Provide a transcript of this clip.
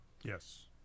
Yes